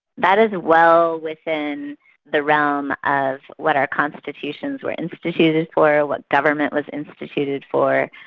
that is well within the realm of what our constitutions were instituted for, what government was instituted for,